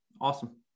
awesome